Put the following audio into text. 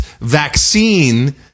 vaccine